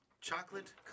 chocolate